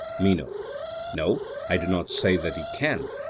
meno no i do not say that he can.